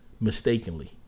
mistakenly